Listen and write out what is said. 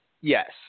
Yes